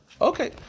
Okay